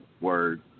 Word